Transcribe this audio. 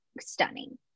stunning